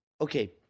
Okay